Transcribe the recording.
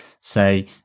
say